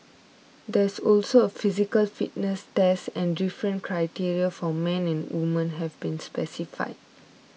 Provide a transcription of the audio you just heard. there is also a physical fitness test and different criteria for men and women have been specified